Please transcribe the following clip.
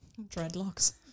Dreadlocks